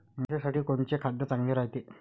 म्हशीसाठी कोनचे खाद्य चांगलं रायते?